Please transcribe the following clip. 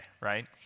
right